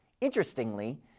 Interestingly